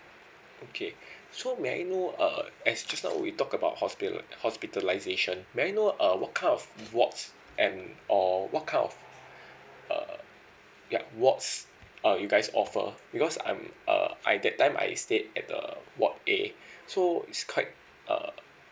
okay so may I know uh as just now we talked about hospital hospitalisation may I know uh what kind of wards and or what kind of err yup wards uh you guys offer because I'm uh I that time I stayed at the ward A so it's quite err